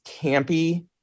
campy